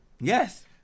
Yes